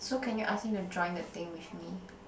so can you ask him to join the thing with me